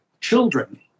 children